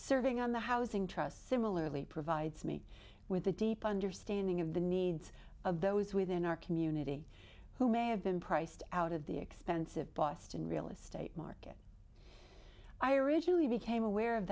serving on the housing trust similarly provides me with a deep understanding of the needs of those within our community who may have been priced out of the expensive boston real estate market i originally became aware of